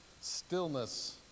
Stillness